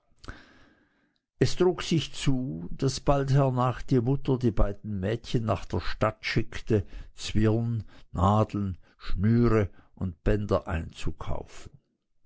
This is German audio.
es trug sich zu daß bald hernach die mutter die beiden mädchen nach der stadt schickte zwirn nadeln schnüre und bänder einzukaufen